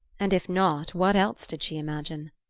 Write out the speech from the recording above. and if not, what else did she imagine?